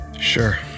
Sure